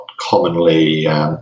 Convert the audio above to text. commonly